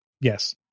yes